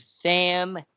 sam